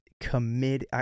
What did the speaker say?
commit